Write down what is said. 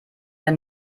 der